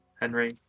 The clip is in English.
henry